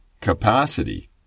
capacity